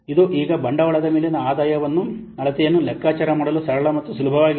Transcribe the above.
ಇದು ಈಗ ಬಂಡವಾಳದ ಮೇಲಿನ ಆದಾಯದ ಅಳತೆಯನ್ನು ಲೆಕ್ಕಾಚಾರ ಮಾಡಲು ಸರಳ ಮತ್ತು ಸುಲಭವಾಗಿದೆ